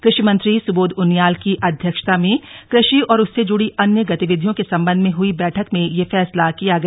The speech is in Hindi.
कृषि मंत्री सुबोध उनियाल की अध्यक्षता में कृषि और उससे ज्ड़ी अन्य गतिविधियों के संबंध में हई बैठक में यह फैसला किया गया